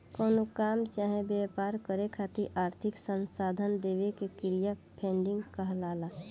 कवनो काम चाहे व्यापार करे खातिर आर्थिक संसाधन देवे के क्रिया फंडिंग कहलाला